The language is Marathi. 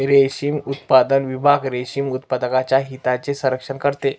रेशीम उत्पादन विभाग रेशीम उत्पादकांच्या हितांचे संरक्षण करते